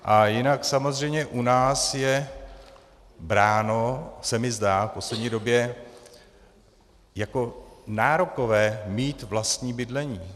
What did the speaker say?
A jinak samozřejmě u nás je bráno, zdá se mi v poslední době, jako nárokové mít vlastní bydlení.